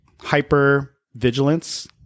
hyper-vigilance